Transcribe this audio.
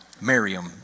Miriam